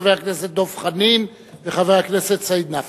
חבר הכנסת דב חנין וחבר הכנסת סעיד נפאע.